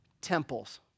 temples